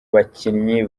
bakinnyi